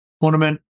tournament